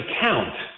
count